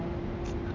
ya